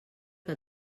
que